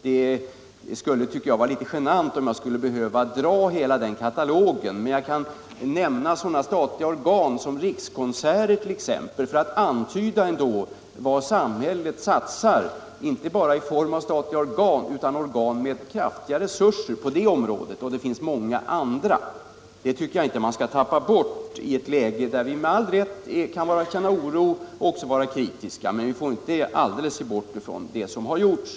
Det skulle kännas litet genant att föredra hela katalogen av sådana åtgärder, men jag kan också nämna Rikskonserter för att antyda vad samhället på ett annat område satsar, inte bara i form av ett statligt organ utan också i form av kraftiga resurser. Vi kan med all rätt känna oro och också vara kritiska i nuvarande läge, men vi skall inte helt se bort från vad som har gjorts.